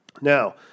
Now